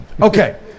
okay